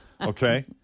Okay